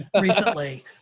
recently